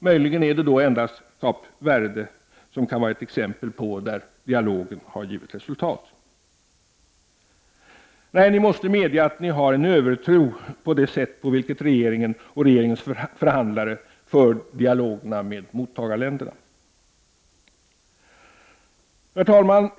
Möjligen kan Kap Verde vara ett exempel på ett fall där dialogen har givit ett resultat. Ni måste medge att ni har en övertro på det sätt på vilket regeringen och regeringens förhandlare för dialogerna med mottagarländerna. Herr talman!